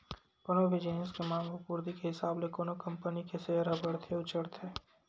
कोनो भी जिनिस के मांग अउ पूरति के हिसाब ले कोनो कंपनी के सेयर ह बड़थे अउ चढ़थे